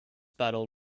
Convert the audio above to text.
battle